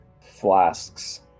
flasks